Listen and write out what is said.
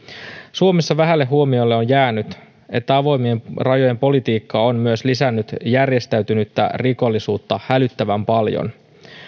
suomessa vähälle huomiolle on jäänyt että avoimien rajojen politiikka on myös lisännyt järjestäytynyttä rikollisuutta hälyttävän paljon